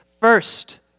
first